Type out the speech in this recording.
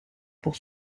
pour